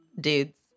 dudes